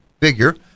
figure